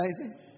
amazing